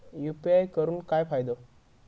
UPI करून काय फायदो?